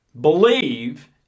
believe